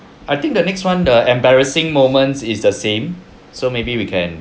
I think the next [one] the embarrassing moments is the same so maybe we can